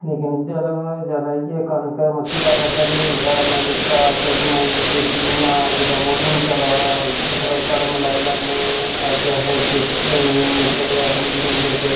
लेकन जैदा कशा जैदा इ'यै कनक मक्की दा फसल गै होंदा जां निक्का अस इ'यां बेच्च जि'यां अज्ज दा मौसम चला दा मतलब कड़म लाई लैन्ने अज्ज अस खे मतलब अपनी जमीने च